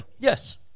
Yes